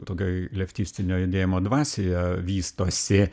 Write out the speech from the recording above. tokioj leftistinio judėjimo dvasioje vystosi